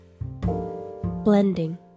Blending